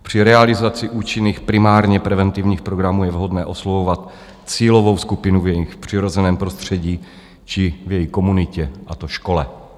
Při realizaci účinných primárně preventivních programů je vhodné oslovovat cílovou skupinu v jejich přirozeném prostředí či v jejich komunitě, a to škole.